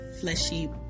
fleshy